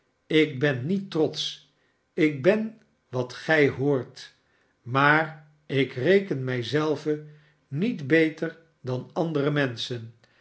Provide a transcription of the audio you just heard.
ik ben niet trotsch ik ben wat gij hoort maar ik reken mij zelven niet beter dan andere menschen